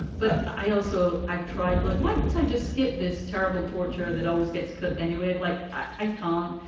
but i also i've tried like, why didn't i just skip this terrible torture that always gets cut anyway? like, i can't.